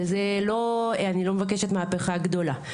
שזה לא, אני לא מבקשת מהפיכה גדולה.